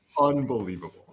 Unbelievable